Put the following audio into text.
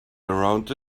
around